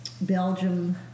Belgium